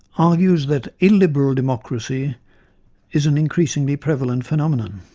argues that illiberal democracy is an increasingly prevalent phenomenon.